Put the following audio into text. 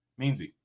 Meansy